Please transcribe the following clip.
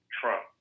Trump